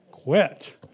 quit